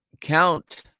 count